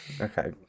Okay